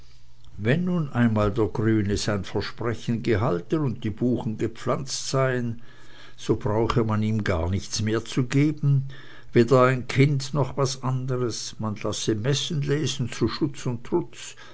wenn nun einmal der grüne sein versprechen gehalten und die buchen gepflanzt seien so brauche man ihm gar nichts mehr zu geben weder ein kind noch was anderes man lasse messen lesen zu schutz und trutz